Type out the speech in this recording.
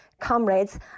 comrades